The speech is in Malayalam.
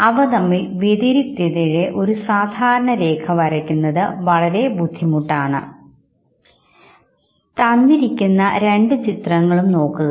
അവ തമ്മിൽ വ്യതിരിക്തതയുടെ ഒരു സാധാരണ രേഖ വരയ്ക്കുന്നത് വളരെ ബുദ്ധിമുട്ടാണ് ഈ രണ്ടു ചിത്രങ്ങളും നോക്കുക